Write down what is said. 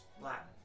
Latin